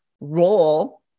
role